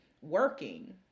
working